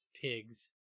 pigs